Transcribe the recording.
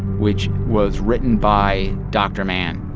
which was written by dr. mann,